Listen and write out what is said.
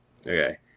Okay